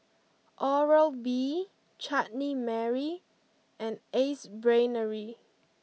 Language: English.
Oral B Chutney Mary and Ace Brainery